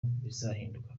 bizahinduka